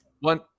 One